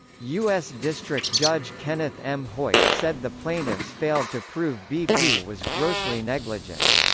u s. district judge kenneth m. hoyt said the plaintiffs failed to prove bp was grossly negligent.